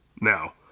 now